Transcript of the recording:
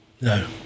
No